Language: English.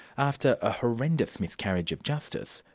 after a horrendous miscarriage of justice,